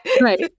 right